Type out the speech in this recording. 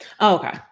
Okay